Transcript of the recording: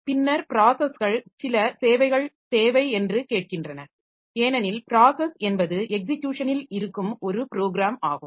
பின்னர் ப்ராஸஸ்கள் சில சேவைகள் தேவை என்று கேட்கின்றன ஏனெனில் ப்ராஸஸ் என்பது எக்ஸிக்யுஷனில் இருக்கும் ஒரு ப்ரோக்ராம் ஆகும்